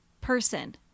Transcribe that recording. person